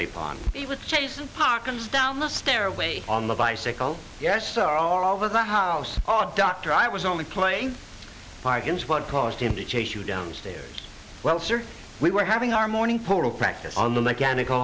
pond he was chasing parkins down the stairway on the bicycle yes so are all over the house oh dr i was only playing bargains what caused him to chase you down stairs well we were having our morning pool practice on the mechanic